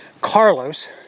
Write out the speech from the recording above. Carlos